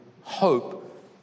hope